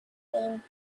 film